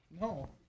No